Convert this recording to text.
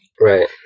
right